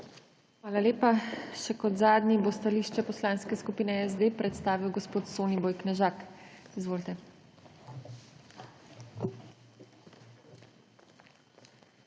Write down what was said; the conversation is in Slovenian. Hvala lepa. Še kot zadnji bo stališče poslanske skupine SD predstavil gospod Soniboj Knežak. Izvolite. SONIBOJ